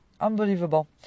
Unbelievable